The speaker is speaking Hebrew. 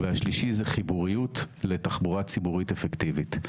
והשלישי זה חיבוריות לתחבורה ציבורית אפקטיבית,